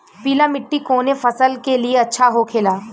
पीला मिट्टी कोने फसल के लिए अच्छा होखे ला?